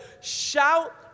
shout